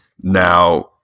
now